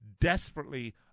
desperately